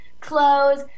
clothes